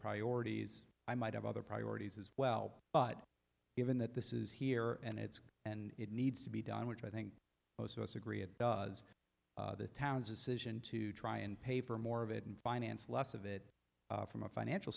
priorities i might have other priorities as well but given that this is here and it's and it needs to be done which i think most of us agree it does this town's decision to try and pay for more of it and finance less of it from a financial